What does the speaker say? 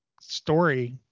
story